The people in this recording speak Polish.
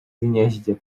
gnieździe